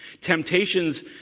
Temptation's